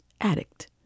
addict